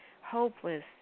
hopeless